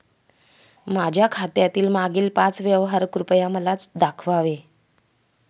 माझ्या खात्यातील मागील पाच व्यवहार कृपया मला दाखवावे